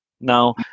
Now